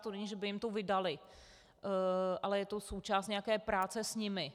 To není, že by jim to vydali, ale je to součást nějaké práce s nimi.